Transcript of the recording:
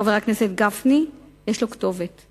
חבר הכנסת גפני, יש לו כתובת,